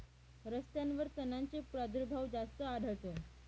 रस्त्यांवर तणांचा प्रादुर्भाव जास्त आढळतो